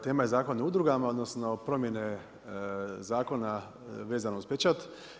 Tema je Zakon o udrugama odnosno promjene Zakona vezano uz pečat.